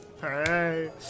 Hey